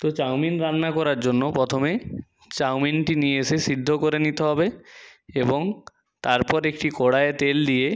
তো চাউমিন রান্না করার জন্য প্রথমে চাউমিনটি নিয়ে এসে সিদ্ধ করে নিতে হবে এবং তারপর একটি কড়ায় তেল দিয়ে